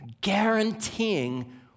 guaranteeing